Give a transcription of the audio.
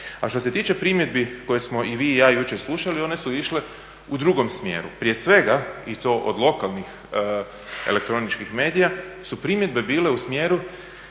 A što se tiče primjedbi koje smo i vi i ja jučer slušali one su išle u drugom smjeru. Prije svega, i to od lokalnih elektroničkih medija, su primjedbe bile u smjeru